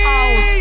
out